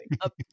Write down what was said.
up